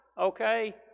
okay